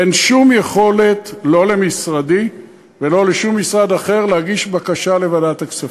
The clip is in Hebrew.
אין שום יכולת לא למשרדי ולא לשום משרד אחר להגיש בקשה לוועדת הכספים.